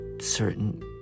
certain